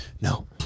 No